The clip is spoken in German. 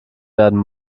werden